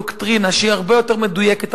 דוקטרינה שהיא הרבה יותר מדויקת,